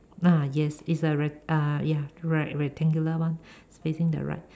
ah yes is a re~ uh ya right rectangular one facing the right